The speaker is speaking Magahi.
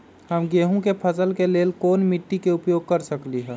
हम गेंहू के फसल के लेल कोन मिट्टी के उपयोग कर सकली ह?